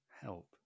help